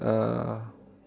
uh